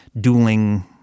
dueling